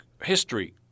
History